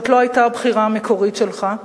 זאת לא היתה הבחירה המקורית שלך,